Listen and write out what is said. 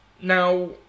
Now